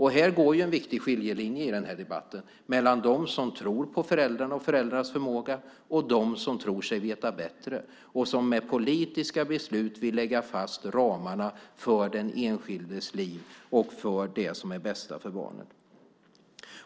Här går en viktig skiljelinje i debatten mellan dem som tror på föräldrarna och föräldrarnas förmåga och dem som tror sig veta bättre och som med politiska beslut vill lägga fast ramarna för den enskildes liv och för vad som är det bästa för barnet.